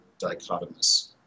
dichotomous